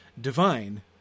Divine